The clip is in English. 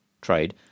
trade